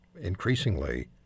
increasingly